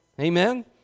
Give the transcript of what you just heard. Amen